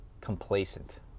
complacent